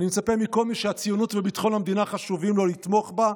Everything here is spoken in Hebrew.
ואני מצפה מכל מי שהציונות וביטחון המדינה חשובים לו לתמוך בה,